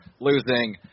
losing